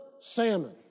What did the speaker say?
salmon